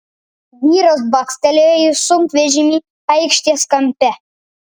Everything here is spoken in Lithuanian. vyras bakstelėjo į sunkvežimį aikštės kampe